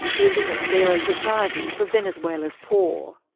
building a fairer society for venezuela's poor.